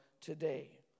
today